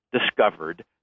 discovered